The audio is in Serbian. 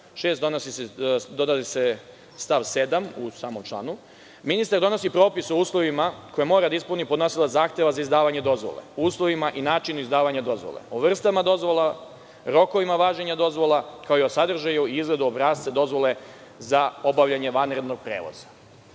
6. dodaje se stav 7. u samom članu – ministar donosi propis o uslovima koje mora da ispuni podnosilac zahteva za izdavanje dozvole, o uslovima i načinu izdavanja dozvole, o vrstama dozvola, rokovima važenja dozvola, kao i o sadržaju i izgledu obrasca dozvole za obavljanje vanrednog prevoza.